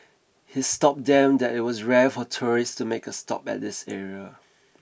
his told them that it was rare for tourists to make a stop at this area